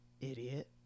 Idiot